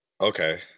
Okay